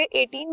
18